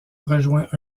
rejoint